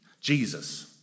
Jesus